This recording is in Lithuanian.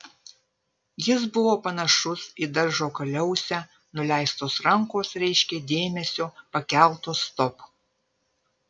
jis buvo panašus į daržo kaliausę nuleistos rankos reiškė dėmesio pakeltos stop